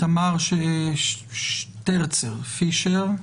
תמר שטרצר-פישר.